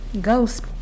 ghost